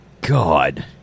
God